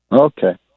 Okay